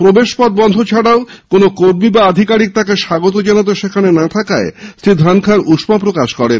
প্রবেশ পথ বন্ধ ছাড়াও কোন কর্মী বা আধিকারিক তাঁকে স্বাগত জানাতে সেখানে না থাকায় শ্রী ধানখড় উষ্মা প্রকাশ করেন